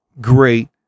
great